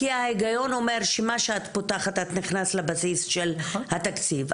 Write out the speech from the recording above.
כי ההיגיון אומר שמה שאת פותחת נכנס לבסיס של התקציב,